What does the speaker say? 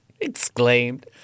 exclaimed